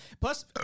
Plus –